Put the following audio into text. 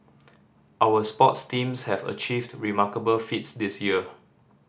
our sports teams have achieved remarkable feats this year